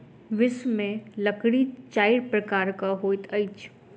विश्व में लकड़ी चाइर प्रकारक होइत अछि